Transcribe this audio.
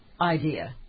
idea